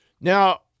Now